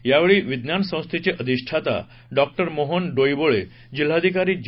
यावेळी विज्ञान संस्थेचे अधिष्ठाता डॉक्टर मोहन डोईबोळे जिल्हाधिकारी जी